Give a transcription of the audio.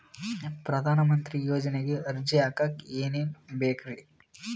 ಪ್ರಧಾನಮಂತ್ರಿ ಯೋಜನೆಗೆ ಅರ್ಜಿ ಹಾಕಕ್ ಏನೇನ್ ಬೇಕ್ರಿ?